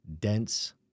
dense